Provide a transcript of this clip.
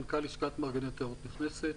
מנכ"ל לשכת מארגני התיירות נכנסת,